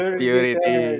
purity